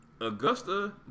Augusta